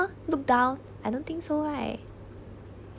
!huh! look down I don't think so right